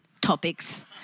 topics